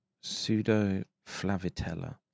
Pseudo-Flavitella